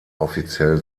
offiziell